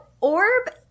orb